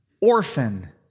orphan